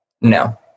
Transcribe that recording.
no